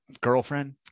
girlfriend